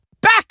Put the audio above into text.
Back